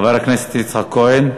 חבר הכנסת יצחק כהן,